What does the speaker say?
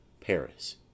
PARIS